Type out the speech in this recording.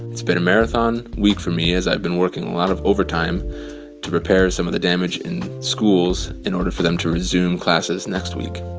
it's been a marathon week for me, as i've been working a lot of overtime to repair some of the damage in schools in order for them to resume classes next week.